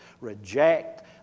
reject